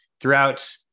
throughout